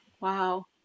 wow